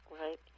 Right